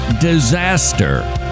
disaster